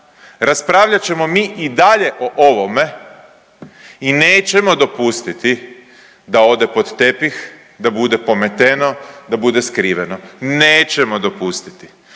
Raspravljat ćemo mi i dalje o ovome i nećemo dopustiti da ode pod tepih, da bude pometeno, da bude skriveno, nećemo dopustiti.